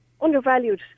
undervalued